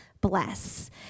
bless